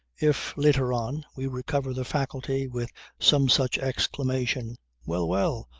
if, later on, we recover the faculty with some such exclamation well! well!